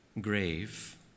grave